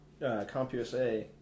CompUSA